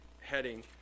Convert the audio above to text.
heading